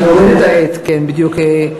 להוריד את ה"את", כן, בדיוק.